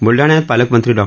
बुलडाण्यात पालकमंत्री डॉ